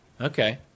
Okay